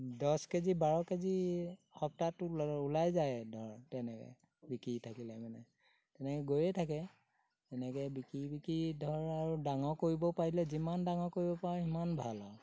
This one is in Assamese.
দহ কেজি বাৰ কেজি সপ্তাহটোত ওলাই যায় ধৰ তেনেকৈ বিকি থাকিলে মানে তেনেকৈ গৈয়ে থাকে এনেকৈ বিকি বিকি ধৰ আৰু ডাঙৰ কৰিব পাৰিলে যিমান ডাঙৰ কৰিব পাৰোঁ সিমান ভাল আৰু